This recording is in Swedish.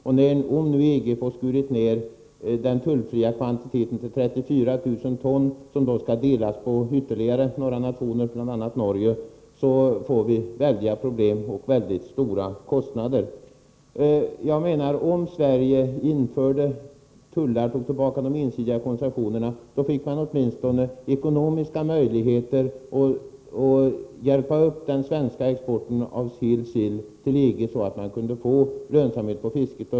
Om EG nu skär ner den tullfria kvoten till 34 000 ton, som då skall delas med några andra nationer, bl.a. Norge, får vi väldiga problem och mycket stora kostnader. Jag menar att om Sverige införde tullar och tog tillbaka de ensidiga koncessionerna, fick man åtminstone ekonomiska möjligheter att hjälpa upp den svenska exporten av fet sill till EG, så att man kunde få lönsamhet för fisket.